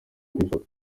kwifata